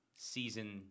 Season